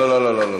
לא, לא, לא, לא.